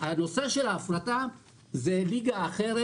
הנושא של ההפרטה זה ליגה אחרת,